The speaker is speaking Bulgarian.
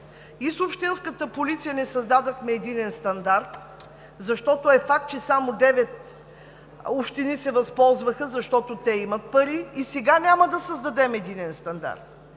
И с Общинската полиция не създадохме единен стандарт. Факт е, че само девет общини се възползваха, защото те имат пари. И сега няма да създадем единен стандарт.